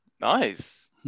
Nice